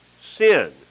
sin